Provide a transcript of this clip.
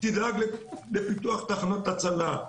תדאג לפיתוח תחנות הצלה,